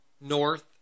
north